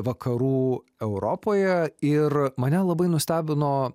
vakarų europoje ir mane labai nustebino